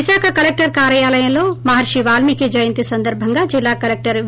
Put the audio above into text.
Visakha collector కార్యాలయంలో మహర్షి వాల్మీకి జయంతి సందర్బంగా జిల్లా కలెక్టర్ వి